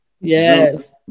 Yes